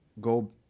go